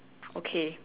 okay